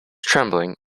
trembling